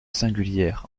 singulières